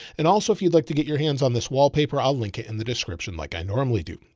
and also if you'd like to get your hands on this wallpaper, i'll link it in the description like i normally do.